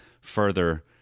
further